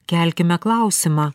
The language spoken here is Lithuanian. kelkime klausimą